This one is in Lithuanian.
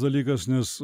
dalykas nes